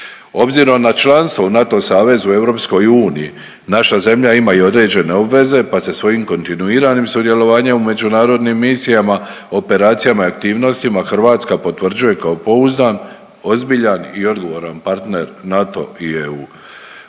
Obzirom na članstvo u NATO savezu i EU naša zemlja ima i određene obveze, pa se svojim kontinuiranim sudjelovanjem u međunarodnim misijama, operacijama i aktivnostima Hrvatska potvrđuje kao pouzdan, ozbiljan i odgovoran partner NATO i EU.